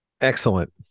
Excellent